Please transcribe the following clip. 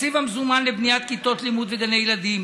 תקציב המזומן לבניית כיתות לימוד וגני ילדים,